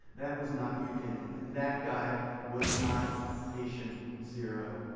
that was not the beginning. and that guy was not patient zero.